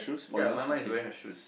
ya mine mine is wearing her shoes